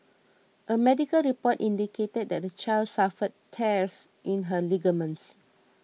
a medical report indicated that the child suffered tears in her ligaments